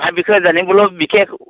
তাৰ বিষয়ে জানিবলৈও বিশেষ